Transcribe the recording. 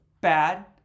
bad